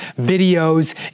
videos